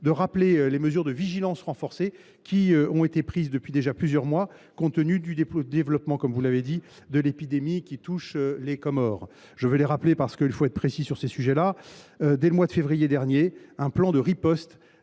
de rappeler les mesures de vigilance renforcée qui ont été prises depuis déjà plusieurs mois compte tenu du développement de l’épidémie qui touche les Comores. Je veux les rappeler à mon tour, parce qu’il convient d’être précis sur ces sujets : dès le mois de février dernier, un plan de riposte